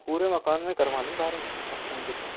पूरे मकान में करवानी है बाइरिंग अर्थिंग की तो